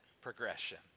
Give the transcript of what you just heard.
progression